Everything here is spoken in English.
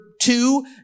two